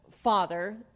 father